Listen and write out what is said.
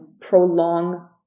prolong